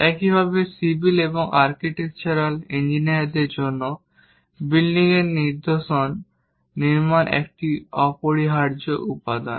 একইভাবে সিভিল এবং আর্কিটেকচারাল ইঞ্জিনিয়ারদের জন্য বিল্ডিংয়ের নিদর্শন নির্মাণ একটি অপরিহার্য উপাদান